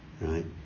right